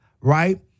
right